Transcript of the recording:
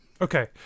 Okay